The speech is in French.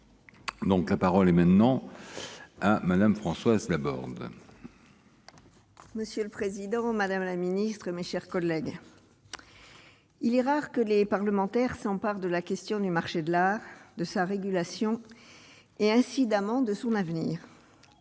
donc la parole est maintenant à Madame Françoise Laborde. Monsieur le président, madame la ministre, mes chers collègues, il est rare que les parlementaires s'empare de la question du marché de l'art de sa régulation et incidemment de son avenir,